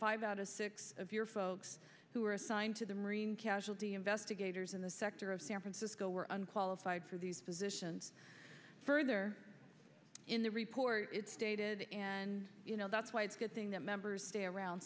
five out of six of your folks who were assigned to the marine casualty investigators in the sector of san francisco were unqualified for these positions further in the report it stated and that's why it's a good thing that members stay around